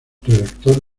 redactor